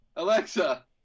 Alexa